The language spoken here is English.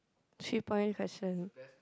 three point question